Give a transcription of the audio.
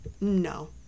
No